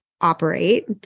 operate